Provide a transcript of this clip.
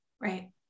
Right